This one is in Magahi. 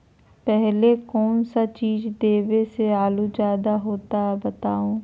पहले कौन सा चीज देबे से आलू ज्यादा होती बताऊं?